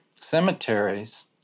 cemeteries